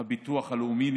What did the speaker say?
הביטוח הלאומי,